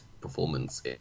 performance